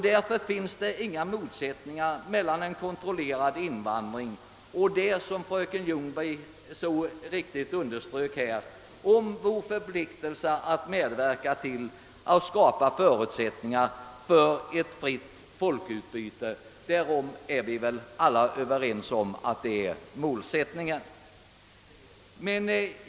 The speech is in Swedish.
Därför råder det inga motsättningar mellan en kontrollerad invandring och vår förpliktelse att medverka till att skapa förutsättningar för ett fritt folkutbyte. Den målsättningen är vi väl alla överens om.